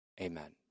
amen